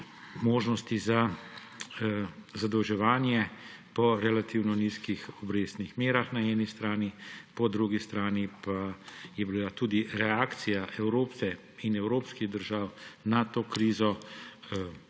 možnosti za zadolževanje po relativno nizkih obrestnih merah na eni strani, po drugi strani pa je bila tudi reakcija Evrope in evropskih držav na to krizo